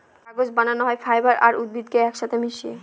কাগজ বানানো হয় ফাইবার আর উদ্ভিদকে এক সাথে মিশিয়ে